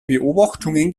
beobachtungen